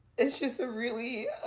it's just a really